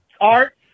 Art